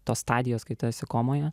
tos stadijos kai tu esi komoje